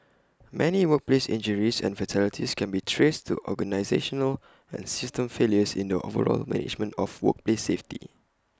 many workplace injuries and fatalities can be traced to organisational and system failures in the overall management of workplace safety